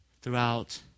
throughout